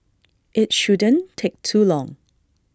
IT shouldn't take too long